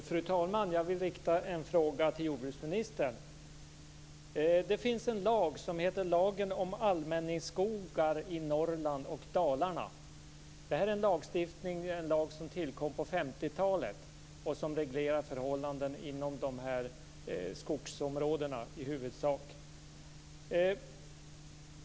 Fru talman! Jag vill rikta en fråga till jordbruksministern. Det finns en lag om allmänningsskogar i Norrland och Dalarna. Lagen tillkom på 50-talet och reglerar i huvudsak förhållandena inom dessa skogsområden.